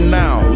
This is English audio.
now